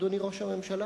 אדוני ראש הממשלה,